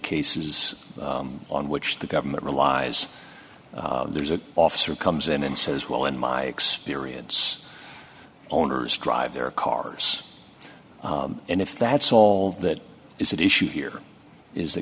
cases on which the government relies there's an officer comes in and says well in my experience owners drive their cars and if that's all that is at issue here is th